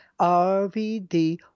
RVD